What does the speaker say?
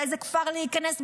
לאיזה כפר להיכנס,